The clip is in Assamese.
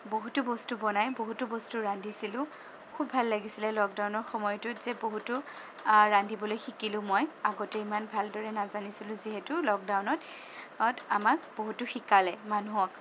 বহুতো বস্তু বনাই বহুতো বস্তু ৰান্ধিছিলোঁ খুব ভাল লাগিছিলে যে লকডাউনৰ সময়টোত যে বহুতো ৰান্ধিবলৈ শিকিলোঁ মই আগতে ইমান ভালদৰে নাজানিছিলোঁ যিহেতু লকডাউনত আমাক বহুতো শিকালে মানুহক